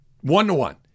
one-to-one